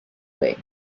way